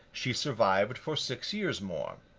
she survived for six years more.